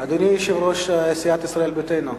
אדוני יושב-ראש סיעת ישראל ביתנו,